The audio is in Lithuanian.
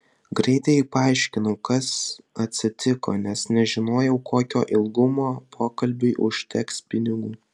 greitai paaiškinau kas atsitiko nes nežinojau kokio ilgumo pokalbiui užteks pinigų